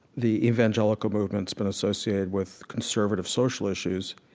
the evangelical movement's been associated with conservative social issues.